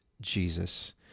Jesus